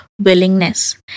willingness